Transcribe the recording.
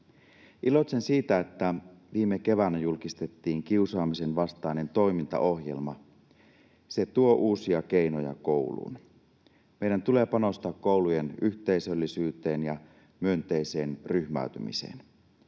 Iloitsen siitä, että viime keväänä julkistettiin kiusaamisen vastainen toimintaohjelma. Se tuo uusia keinoja kouluun. Meidän tulee panostaa koulujen yhteisöllisyyteen ja myönteiseen ryhmäytymiseen: